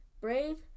Brave